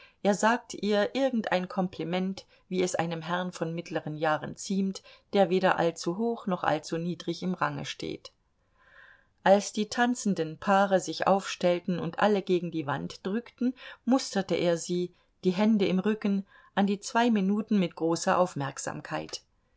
er sagte ihr irgendein kompliment wie es einem herrn von mittleren jahren ziemt der weder allzu hoch noch allzu niedrig im range steht als die tanzenden paare sich aufstellten und alle gegen die wand drückten musterte er sie die hände im rücken an die zwei minuten mit großer aufmerksamkeit